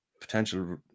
potential